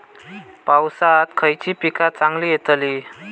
पावसात खयली पीका चांगली येतली?